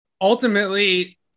ultimately